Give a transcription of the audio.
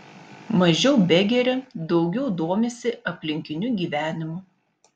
mažiau begeria daugiau domisi aplinkiniu gyvenimu